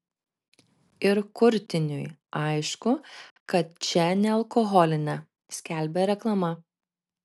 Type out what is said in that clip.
ir kurtiniui aišku kad čia nealkoholinė skelbė reklama